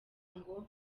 ngo